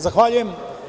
Zahvaljujem.